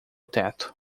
teto